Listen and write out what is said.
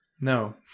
No